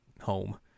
home